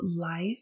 life